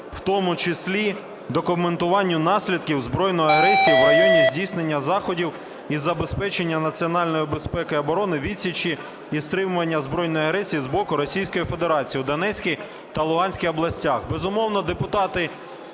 в тому числі документування наслідків збройної агресії в районі здійснення заходів із забезпечення національної безпеки і оборони, відсічі і стримування збройної агресії з боку Російської Федерації в Донецькій та Луганській областях. Безумовно, депутати